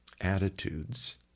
attitudes